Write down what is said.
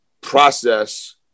process